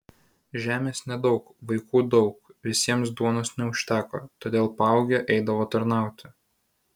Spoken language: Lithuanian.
žemės nedaug vaikų daug visiems duonos neužteko todėl paaugę eidavo tarnauti